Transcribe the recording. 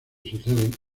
suceden